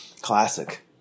Classic